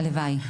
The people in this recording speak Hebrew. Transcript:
הלוואי.